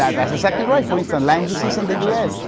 yeah that's exactly right. for instance, lyme disease in the us.